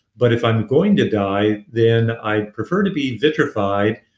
but if i'm going to die, then i'd prefer to be vitrified